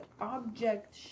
object